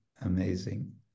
amazing